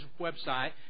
website